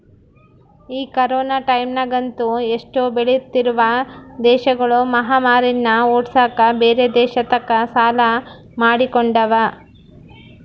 ಈ ಕೊರೊನ ಟೈಮ್ಯಗಂತೂ ಎಷ್ಟೊ ಬೆಳಿತ್ತಿರುವ ದೇಶಗುಳು ಮಹಾಮಾರಿನ್ನ ಓಡ್ಸಕ ಬ್ಯೆರೆ ದೇಶತಕ ಸಾಲ ಮಾಡಿಕೊಂಡವ